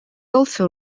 also